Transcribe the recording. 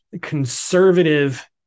conservative